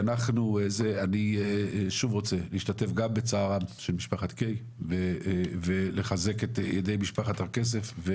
אני שוב רוצה להשתתף בצער של משפחת קיי וגם לחזק את ידי משפחת הר כסף.